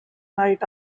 night